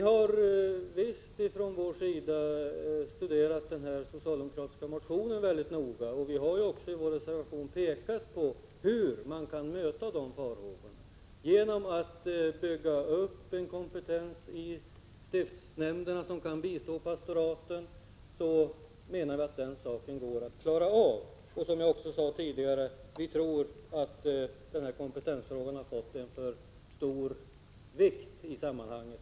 Herr talman! Vi har studerat den socialdemokratiska motionen mycket noga och har också i vår reservation pekat på hur man kan möta de farhågor som kommer till uttryck. Ett sätt är att i stiftsnämnderna bygga upp en kompetens som kan bistå pastoraten. Vi tror, som jag sade tidigare, att kompetensfrågan har fått för stor vikt i sammanhanget.